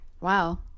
wow